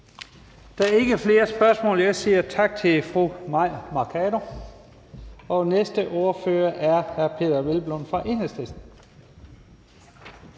Der er ikke flere spørgsmål. Jeg siger tak til fru Mai Mercado. Og næste ordfører er hr. Peder Hvelplund fra Enhedslisten.